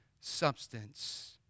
substance